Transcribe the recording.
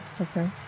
Okay